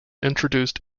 introduced